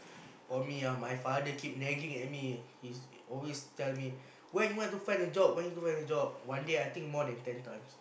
for me ah my father keep nagging at me he always tell me when do you want to find a job when do you want to find a job one day I think more than ten times